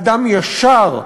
אדם ישר,